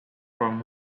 from